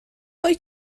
wyt